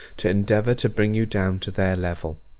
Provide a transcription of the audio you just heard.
to endeavour to bring you down to their level?